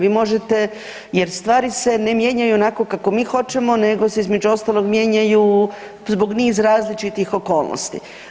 Vi možete jer stvari se ne mijenjaju onako kako mi hoćemo nego se između ostalog mijenjaju zbog niz različitih okolnosti.